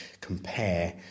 compare